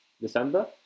december